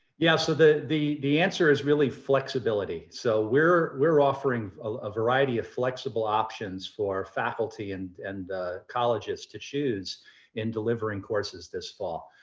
yeah. so the the answer is really flexibility. so we're we're offering a variety of flexible options for faculty and and colleges to choose in delivering courses this fall.